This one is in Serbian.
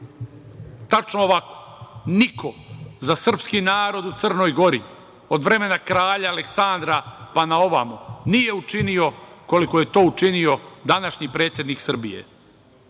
tačno ovako: „Niko za srpski narod u Crnoj Gori od vremena kralja Aleksandra pa na ovamo nije učinio koliko je to učinio današnji predsednik